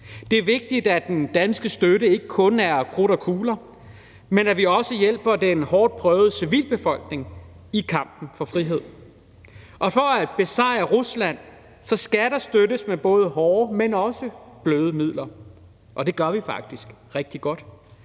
Det er vigtigt, at den danske støtte ikke kun er krudt og kugler, men at vi også hjælper den hårdtprøvede civilbefolkning i kampen for frihed. For at besejre Rusland skal der støttes med både hårde, men også bløde midler, og det gør vi faktisk rigtig godt,